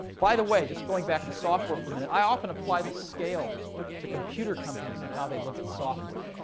by the way, just going back to software for a minute, i often apply this scale to computer companies, and how they look at software.